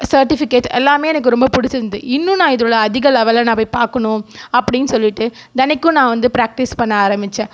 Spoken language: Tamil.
சர்ட்டிஃபிகேட் எல்லாமே எனக்கு ரொம்ப பிடிச்சிருந்தது இன்னும் நான் இதோடு அதிக லெவலை நான் போய் பார்க்கணும் அப்படின்னு சொல்லிட்டு தினைக்கும் நான் வந்து பிராக்டிஸ் பண்ண ஆரம்பிச்சேன்